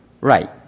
right